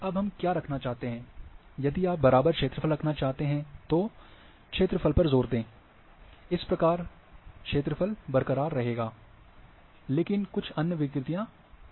अब हम क्या रखना चाहते हैं यदि आप बराबर क्षेत्रफल रखना चाहते हैं तो क्षेत्र फल पर जोर दें इस प्रकार क्षेत्रफल बरकरार रहेगा लेकिन कुछ अन्य विकृतियां आ सकती हैं